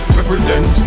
represent